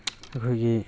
ꯑꯩꯈꯣꯏꯒꯤ